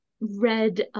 read